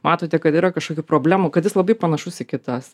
matote kad yra kažkokių problemų kad jis labai panašus į kitas